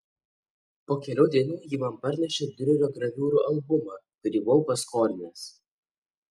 po kelių dienų ji man parnešė diurerio graviūrų albumą kurį buvau paskolinęs